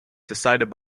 decided